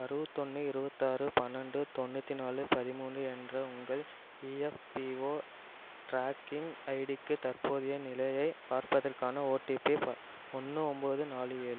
அறுவத்தொன்று இருபத்தாறு பன்னெரெண்டு தொண்ணூற்றி நாலு பதிமூணு என்ற உங்கள் இஎஃப்பிஓ ட்ராக்கிங் ஐடிக்கு தற்போதைய நிலையைப் பார்ப்பதற்கான ஓடிபி ப ஒன்று ஒன்போது நாலு ஏழு